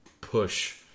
push